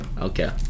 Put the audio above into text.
Okay